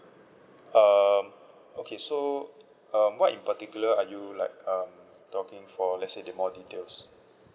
um okay so um what in particular are you like um talking for let's say in more details